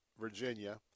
Virginia